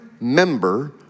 member